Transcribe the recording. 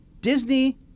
Disney